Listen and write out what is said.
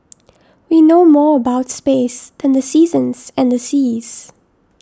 we know more about space than the seasons and the seas